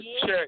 Check